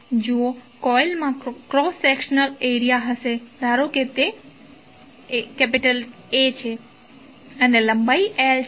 જુઓ કોઇલમાં cross sectional area હશે ધારો કે તે A છે અને લંબાઈ l છે